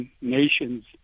nations